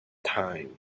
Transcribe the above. time